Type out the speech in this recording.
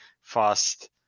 fast